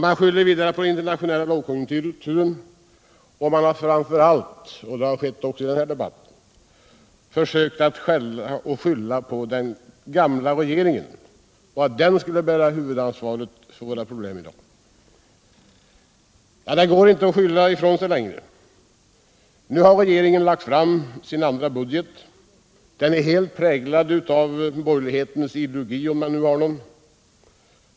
Man skyller vidare på den internationella lågkonjunkturen, och man har framför allt — det har skett också i den här debatten — försökt skylla på den gamla regeringen och sagt att den skulle bära huvudansvaret för våra problem i dag. Det går inte att skylla ifrån sig längre. Nu har regeringen lagt fram sin andra budget, och den är helt präglad av borgerlighetens ideologi, om man nu har någon.